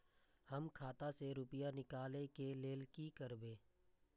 हम खाता से रुपया निकले के लेल की करबे?